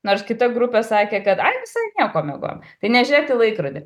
nors kita grupė sakė kad ai visai nieko miegojom tai nežėt į laikrodį